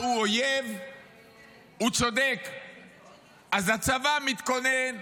אז נכנסת לממשלה כדי לעזור, זה לא היה מזמן.